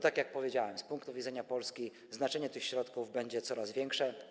Tak jak powiedziałem, z punktu widzenia Polski znaczenie tych środków będzie coraz większe.